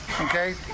Okay